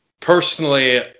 personally –